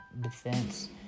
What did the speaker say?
defense